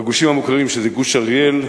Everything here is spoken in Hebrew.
בגושים המוכרים, שזה גוש אריאל,